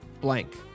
blank